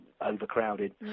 overcrowded